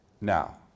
Now